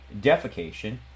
defecation